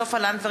סופה לנדבר,